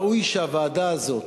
ראוי שהוועדה הזאת,